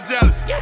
jealous